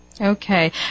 Okay